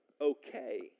okay